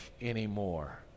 anymore